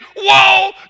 Whoa